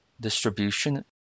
distribution